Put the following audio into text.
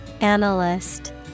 Analyst